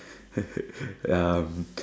um